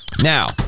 Now